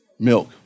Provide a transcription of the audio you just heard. Milk